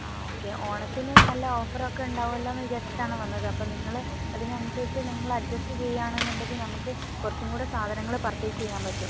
ആ ഓക്കെ ഓണത്തിന് നല്ല ഓഫർ ഒക്കെ ഉണ്ടാവുമല്ലോ എന്ന് വിചാരിച്ചിട്ട് ആണ് വന്നത് അപ്പം നിങ്ങൾ അതിന് അനുസരിച്ച് നിങ്ങൾ അഡ്ജസ്റ്റ് ചെയ്യാണെന്ന് ഉണ്ടെങ്കിൽ നമുക്ക് കുറച്ചും കൂടെ സാധനങ്ങൾ പർച്ചേസ് ചെയ്യാൻ പറ്റും